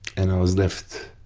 and i was left